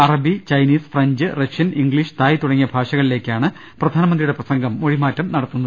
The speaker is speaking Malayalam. അറബി Chinese French Russian English Thai തുടങ്ങിയ ഭാഷകളിലേക്കാണ് പ്രധാ നമന്ത്രിയുടെ പ്രസംഗം മൊഴിമാറ്റം നടത്തുന്നത്